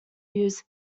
use